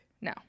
No